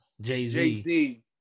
Jay-Z